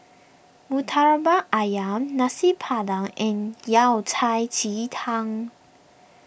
Murtabak Ayam Nasi Padang and Yao Cai Ji Tang